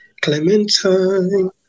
Clementine